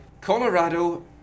Colorado